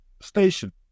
station